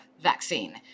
vaccine